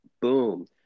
Boom